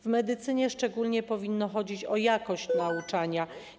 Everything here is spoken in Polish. W medycynie szczególnie powinno chodzić o jakość nauczania.